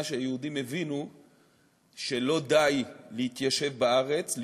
שהיהודים הבינו שלא די להתיישב בארץ,